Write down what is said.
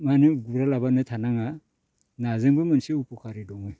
मानो गुरालाबानो थानो नाङा नाजोंबो मोनसे उपकारि दङ